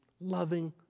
loving